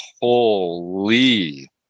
Holy